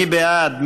מי בעד?